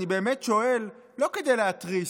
אני באמת שואל, לא כדי להתריס,